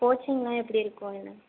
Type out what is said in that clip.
கோச்சிங்லாம் எப்படி இருக்கும் என்ன